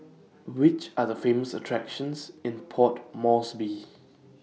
Which Are The Famous attractions in Port Moresby